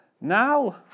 now